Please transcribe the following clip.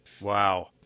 Wow